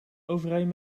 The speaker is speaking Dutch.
overeen